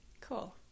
Cool